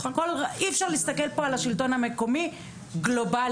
אי-אפשר להסתכל פה על השלטון המקומי גלובלית